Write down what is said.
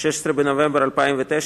16 בנובמבר 2009,